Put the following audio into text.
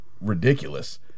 ridiculous